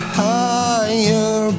higher